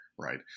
right